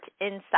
inside